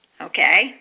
Okay